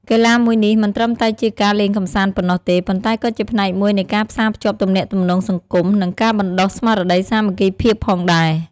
កីឡាមួយនេះមិនត្រឹមតែជាការលេងកម្សាន្តប៉ុណ្ណោះទេ ប៉ុន្តែក៏ជាផ្នែកមួយនៃការផ្សារភ្ជាប់ទំនាក់ទំនងសង្គម និងការបណ្ដុះស្មារតីសាមគ្គីភាពផងដែរ។